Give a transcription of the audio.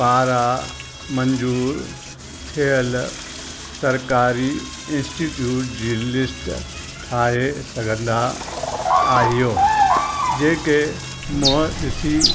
पारां मंजूरु थिअल सरकारी इंस्टिट्यूट जी लिस्ट ठाहे सघंदा आहियो जेके मुंहुं ॾिसी